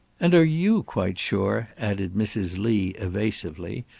and are you quite sure, added mrs. lee, evasively,